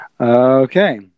Okay